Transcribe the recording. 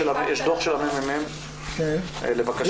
יש דו"ח של הממ"מ לבקשת הוועדה.